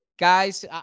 Guys